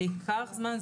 זה ייקח זמן,